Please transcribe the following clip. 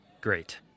Great